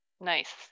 Nice